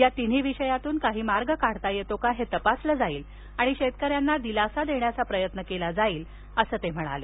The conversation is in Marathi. या तीन्ही विषयातून काय मार्ग काढता येतो का ते तपासले जाईल आणि शेतकऱ्यांना दिलासा देण्याचा प्रयत्न केला जाईल असं ते म्हणाले